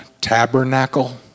tabernacle